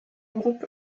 groupe